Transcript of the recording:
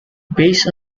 based